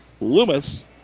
Loomis